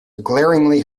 glaringly